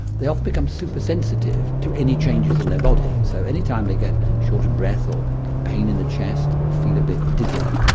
they often become supersensitive to any changes in their body. so any time they get short of breath or get pain in the chest or feel a bit dizzy,